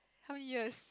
how many years